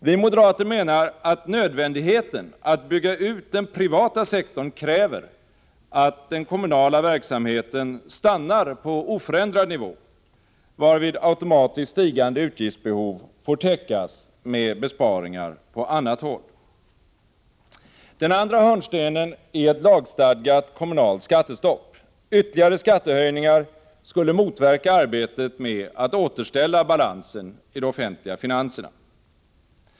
Vi moderater menar att nödvändigheten att bygga ut den privata sektorn kräver att den kommunala verksamheten stannar på oförändrad nivå, varvid automatiskt stigande utgiftsbehov får täckas med besparingar på annat håll. Den andra hörnstenen är ett lagstadgat kommunalt skattestopp. Ytterligare skattehöjningar skulle motverka arbetet med att återställa balansen i de offentliga finanserna.